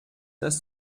das